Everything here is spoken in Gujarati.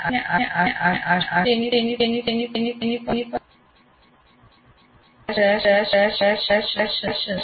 આ અભ્યાસક્રમમાં આપણે હમણાં તે જ કરી રહ્યા છીએ અમે આપને કરવા માટેની પદ્ધતિઓ પ્રસ્તુત કરી રહ્યા છીએ અને આપને આશ્વશ્ત કરીએ છીએ કે તેની પાછળ ઘણા સિદ્ધાંત છે